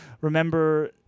Remember